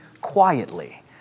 quietly